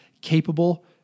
capable